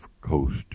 Coast